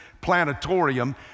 planetarium